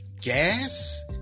gas